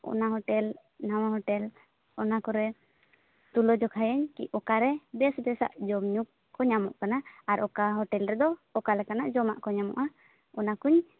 ᱚᱱᱟ ᱦᱳᱴᱮᱞ ᱱᱟᱣᱟ ᱦᱳᱴᱮᱞ ᱚᱱᱟ ᱠᱚᱨᱮ ᱛᱩᱞᱟᱹ ᱡᱚᱠᱷᱟᱭᱟᱹᱧ ᱚᱠᱟᱨᱮ ᱵᱮᱥ ᱵᱮᱥᱟᱜ ᱡᱚᱢ ᱧᱩ ᱠᱚ ᱧᱟᱢᱚᱜ ᱠᱟᱱᱟ ᱟᱨ ᱚᱠᱟ ᱦᱳᱴᱮᱞ ᱨᱮᱫᱚ ᱚᱠᱟᱞᱮᱠᱟᱱᱟᱜ ᱠᱚ ᱡᱚᱢᱟᱜ ᱠᱚ ᱧᱟᱢᱚᱜᱼᱟ ᱚᱱᱟ ᱠᱩᱧ